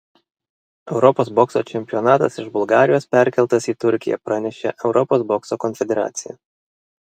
europos bokso čempionatas iš bulgarijos perkeltas į turkiją pranešė europos bokso konfederacija